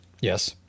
Yes